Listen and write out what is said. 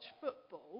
football